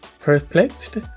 Perplexed